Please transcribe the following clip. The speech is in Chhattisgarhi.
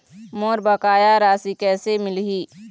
मोर बकाया राशि कैसे मिलही?